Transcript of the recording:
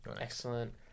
Excellent